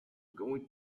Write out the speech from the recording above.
going